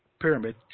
pyramid